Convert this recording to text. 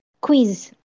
quiz